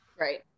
right